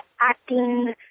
acting